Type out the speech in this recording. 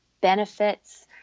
benefits